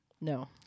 No